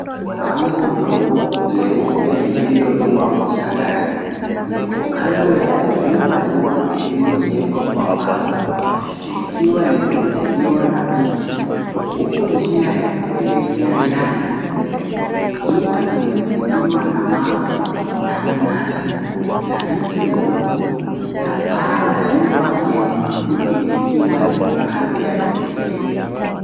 Bango dogo leupe liliodungwa mchangani, liko kando ya jumba dogo liliojengwa kwa mbao likiwalimezingirwa na miti, huku njia ya kuelekea ndani ikiwa imezingirwa na mawe na mnazi na miti midogo na paa la jumba lenye makuti likiwa liko kando ya miti hiyo.